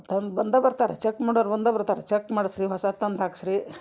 ತನ್ ಬಂದೇ ಬರ್ತಾರೆ ಚಕ್ ಮಾಡೋರು ಬಂದೇ ಬರ್ತಾರೆ ಚಕ್ ಮಾಡಸಿ ರೀ ಹೊಸಾದು ತಂದು ಹಾಕ್ಸಿ ರೀ